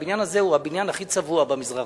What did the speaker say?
תן לו לנצל,